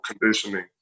conditioning